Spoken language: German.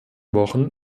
wochen